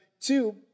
Two